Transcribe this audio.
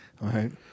right